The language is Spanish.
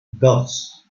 dos